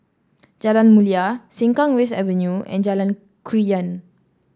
Jalan Mulia Sengkang West Avenue and Jalan Krian